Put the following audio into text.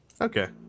Okay